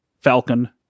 Falcon